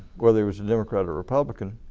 whether he was a democrat or a republican.